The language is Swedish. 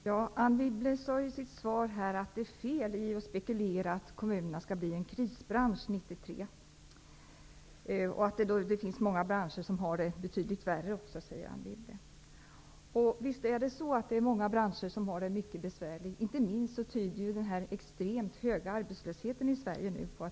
Herr talman! Anne Wibble sade i sitt svar att det är fel att spekulera över att kommunerna skall bli en krisbransch under 1993 och att det finns många branscher som har det betydligt värre. Visst finns det många branscher som har det mycket besvärligt. Det tyder ju inte minst den extremt höga arbetslösheten i Sverige på.